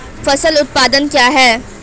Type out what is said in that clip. फसल उत्पादन क्या है?